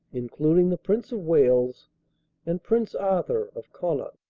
including the prince of wales and prince arthur of connaught.